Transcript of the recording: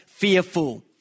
Fearful